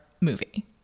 movie